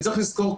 צריך לזכור,